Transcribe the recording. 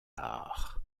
art